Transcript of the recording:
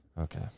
Okay